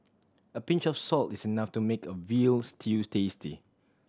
a pinch of salt is enough to make a veal stew tasty